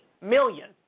million